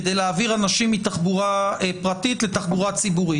כדי להעביר אנשים מתחבורה פרטית לתחבורה ציבורית.